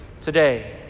today